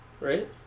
Right